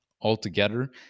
altogether